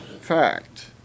fact